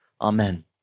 Amen